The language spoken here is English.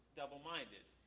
double-minded